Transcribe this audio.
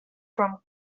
from